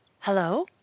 Hello